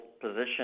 position